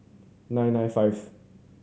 nine nine five